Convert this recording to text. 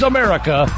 America